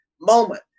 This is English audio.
moment